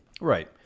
right